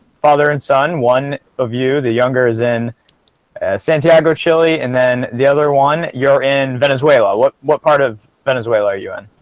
father and son one of you the younger is in santiago chile, and then the other one you're in venezuela what what part of venezuela are you in